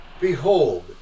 Behold